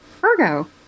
Virgo